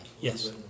yes